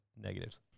negatives